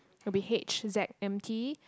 will be h_z_m_t